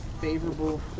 favorable